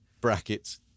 brackets